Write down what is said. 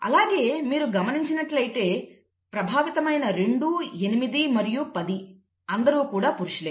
అలాగే మీరు గమనించినట్లయితే ప్రభావితమైన 2 8 మరియు 10 అందరూ కూడా పురుషులే